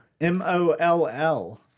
m-o-l-l